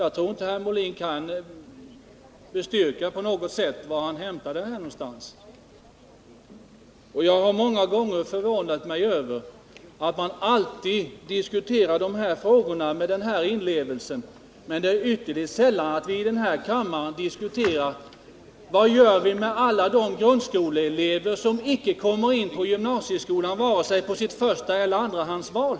Jag tror inte att herr Molin på något sätt kan bestyrka varifrån han hämtat det uttalandet. Jag har många gånger förvånat mig över att man alltid diskuterar dessa frågor med en sådan inlevelse men att det är ytterligt sällan vi i den här kammaren diskuterar vad man skall göra med alla de grundskoleelever som inte kommer in i gymnasieskolan vare sig på sitt förstaeller andrahandsval.